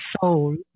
soul